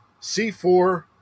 C4